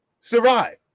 survive